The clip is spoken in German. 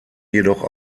jedoch